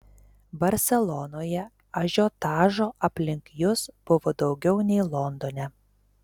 barselonoje ažiotažo aplink jus buvo daugiau nei londone